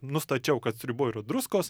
nustačiau kad sriuboj yra druskos